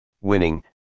winning